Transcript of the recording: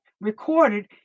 recorded